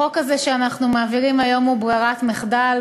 החוק הזה שאנחנו מעבירים היום הוא ברירת מחדל,